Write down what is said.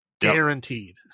Guaranteed